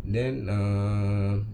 then err